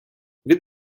від